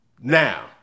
Now